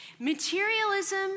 materialism